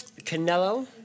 Canelo